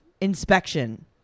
Inspection